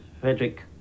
Frederick